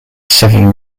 seven